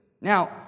Now